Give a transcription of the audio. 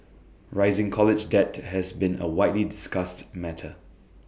rising college debt has been A widely discussed matter